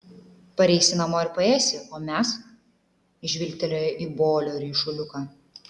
pareisi namo ir paėsi o mes jis žvilgtelėjo į bolio ryšuliuką